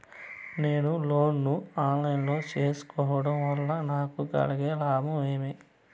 నేను లోను ను online లో సేసుకోవడం వల్ల నాకు కలిగే లాభాలు ఏమేమీ?